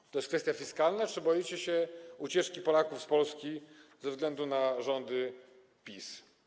Jest to kwestia fiskalna czy boicie się ucieczki Polaków z Polski ze względu na rządy PiS?